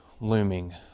looming